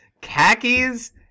khakis